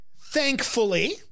Thankfully